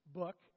book